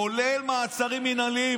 כולל מעצרים מינהליים,